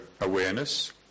awareness